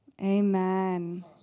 Amen